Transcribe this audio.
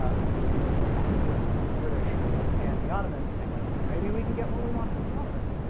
ah when hussein was going back and forth between the british and the ottomans saying like well, maybe we can get what we want from the ottomans.